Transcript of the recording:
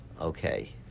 Okay